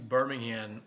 Birmingham